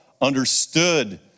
understood